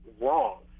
wrong